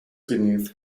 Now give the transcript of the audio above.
beneath